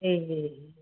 ए